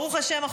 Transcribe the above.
ברוך השם,